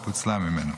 ופוצלה ממנו.